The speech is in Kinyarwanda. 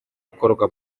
gukorwa